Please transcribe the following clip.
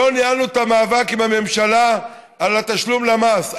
לא ניהלנו את המאבק עם הממשלה על תשלום המס.